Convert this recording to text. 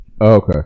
okay